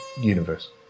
universe